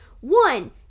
one